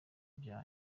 bya